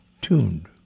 tuned